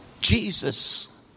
Jesus